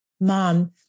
Mom